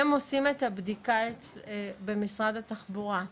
הם עושים את הבדיקה במשרד התחבורה.